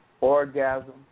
Orgasm